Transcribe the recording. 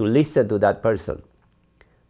to listen to that person